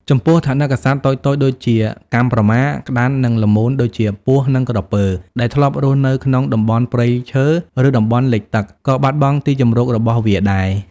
ចំពោះ ថនិកសត្វតូចៗដូចជា កាំប្រមា ក្តាន់ និងល្មូនដូចជា ពស់ និងក្រពើ ដែលធ្លាប់រស់នៅក្នុងតំបន់ព្រៃឈើ ឬតំបន់លិចទឹក ក៏បាត់បង់ទីជម្រករបស់វាដែរ។